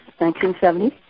1970